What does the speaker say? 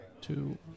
Two